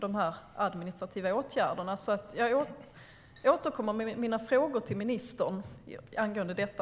Jag återkommer till ministern med mina frågor angående detta.